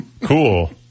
Cool